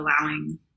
allowing